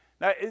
Now